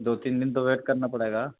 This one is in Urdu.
دو تین دِن تو ویٹ کرنا پڑے گا